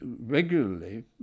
regularly